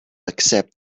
accept